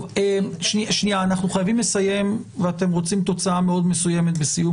אנחנו חייבים לסיים ואתם רוצים תוצאה מאוד מסוימת בסיום